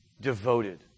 devoted